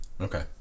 Okay